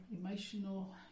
emotional